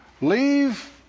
leave